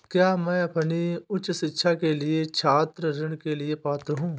क्या मैं अपनी उच्च शिक्षा के लिए छात्र ऋण के लिए पात्र हूँ?